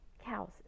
cows